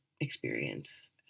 experience